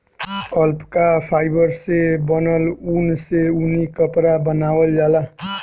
alpaca fibre से बनल ऊन से ऊनी कपड़ा बनावल जाला